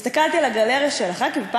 הסתכלתי על הגלריה של חברי הכנסת,